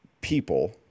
People